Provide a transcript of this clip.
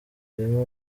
harimo